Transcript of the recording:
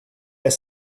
est